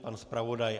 Pan zpravodaj?